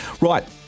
Right